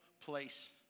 place